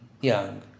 Young